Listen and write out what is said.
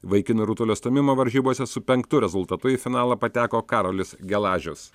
vaikinų rutulio stūmimo varžybose su penktu rezultatu į finalą pateko karolis gelažius